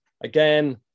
again